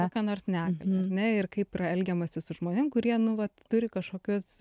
kokią nors negalią ar ne ir kaip yra elgiamasi su žmonėm kurie nu vat turi kažkokius